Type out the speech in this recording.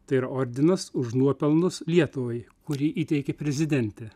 tai yra ordinas už nuopelnus lietuvai kurį įteikė prezidentė